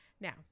Now